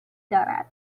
دارد